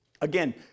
Again